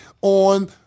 on